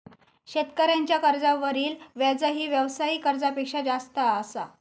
शेतकऱ्यांच्या कर्जावरील व्याजही व्यावसायिक कर्जापेक्षा जास्त असा